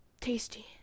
Tasty